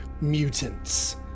mutants